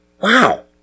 Wow